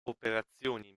operazioni